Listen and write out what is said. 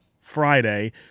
Friday